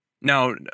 Now